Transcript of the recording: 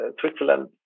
Switzerland